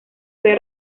había